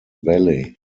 valley